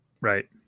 Right